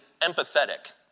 empathetic